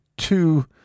Two